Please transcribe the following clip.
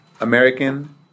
American